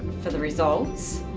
for the results,